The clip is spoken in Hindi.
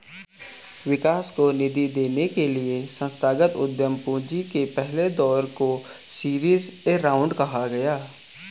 विकास को निधि देने के लिए संस्थागत उद्यम पूंजी के पहले दौर को सीरीज ए राउंड कहा जाता है